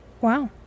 Wow